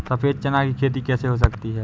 सफेद चना की खेती कैसे होती है?